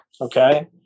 Okay